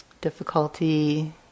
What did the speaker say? difficulty